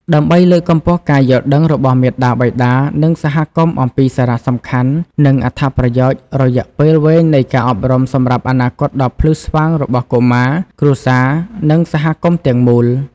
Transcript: ដើម្បីលើកកម្ពស់ការយល់ដឹងរបស់មាតាបិតា និងសហគមន៍អំពីសារៈសំខាន់ និងអត្ថប្រយោជន៍រយៈពេលវែងនៃការអប់រំសម្រាប់អនាគតដ៏ភ្លឺស្វាងរបស់កុមារ គ្រួសារ និងសហគមន៍ទាំងមូល។